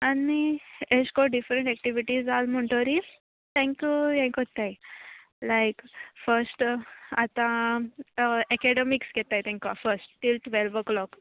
आनी एशें को डिफरंट एक्टिविटीज जाल म्हणटरी तेंका हें कोत्ताय लायक फस्ट आतां एकेडमिक्स घेताय तेंका फस्ट तील टुवेल्व ओ क्लॉक